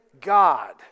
God